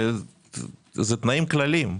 זה תנאים כלליים.